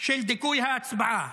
של דיכוי ההצבעה,